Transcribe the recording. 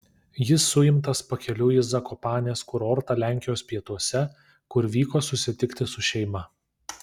jis suimtas pakeliui į zakopanės kurortą lenkijos pietuose kur vyko susitikti su šeima